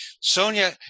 Sonia